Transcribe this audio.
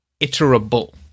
iterable